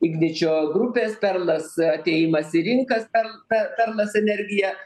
igničio grupės perlas atėjimas į rinkas per per perlas energiją